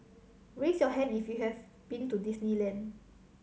raise your hand if you have been to Disneyland